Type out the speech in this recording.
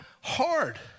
hard